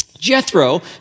Jethro